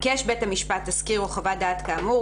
ביקש בית המשפט תסקיר או חוות דעת כאמור,